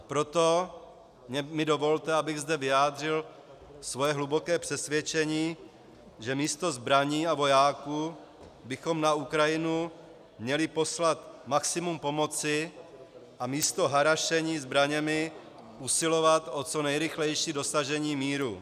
Proto mi dovolte, abych zde vyjádřil své hluboké přesvědčení, že místo zbraní a vojáků bychom na Ukrajinu měli poslat maximum pomoci a místo harašení zbraněmi usilovat o co nejrychlejší dosažení míru.